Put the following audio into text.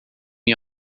you